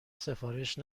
سفارش